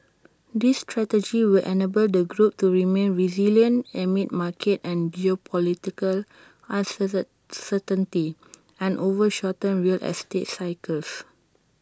this strategy will enable the group to remain resilient amid market and geopolitical uncertain uncertainty and over shortened real estate cycles